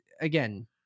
again